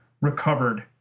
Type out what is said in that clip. recovered